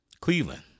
Cleveland